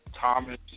Thomas